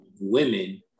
women